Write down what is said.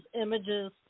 images